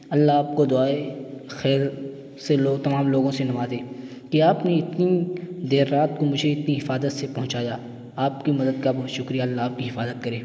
اللہ آپ کو دعائے خیر سے تمام لوگوں سے نوازے کہ آپ نے اتنی دیر رات کو مجھے اتنی حفاظت سے پہنچایا آپ کی مدد کا بہت شکریہ اللہ آپ کی حفاظت کرے